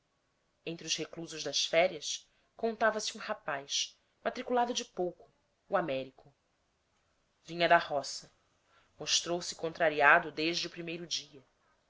entre os reclusos das férias contava-se um rapaz matriculado de pouco o américo vinha da roça mostrou-se contrariado desde o primeiro dia